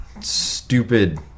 stupid